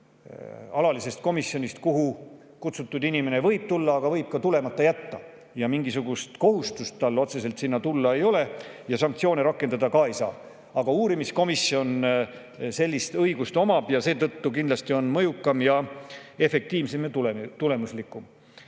alatisest komisjonist, kuhu kutsutud inimene võib tulla, aga võib ka tulemata jätta ja mingisugust otsest kohustust tal sinna tulla ei ole ja sanktsioone rakendada ka ei saa. Aga uurimiskomisjon sellist õigust omab ja seetõttu on [tema töö] kindlasti mõjukam, efektiivsem ja tulemuslikum.